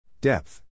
Depth